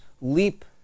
leap